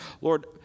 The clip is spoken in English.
Lord